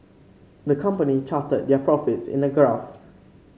the company charted their profits in a graph